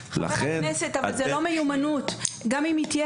חבר הכנסת, אבל זו לא מיומנות, גם אם היא תהיה